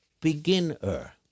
beginner